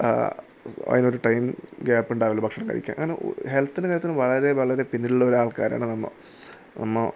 അത് ഒരു time gap ഉണ്ടാവില്ല ഭക്ഷണം കഴിക്കാൻ അങ്ങനെ ഹെൽത്തിൻ്റെ കാര്യത്തിൽ വളരെ വളരെ പിന്നിലുള്ള ആൾക്കാരാണ് നമ്മൾ നമ്മൾ